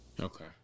Okay